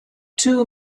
two